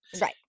right